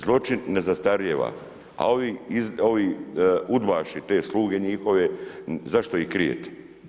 Zločin ne zastarijeva, a ovi Udbaši, te sluge njihove, zašto ih krijete?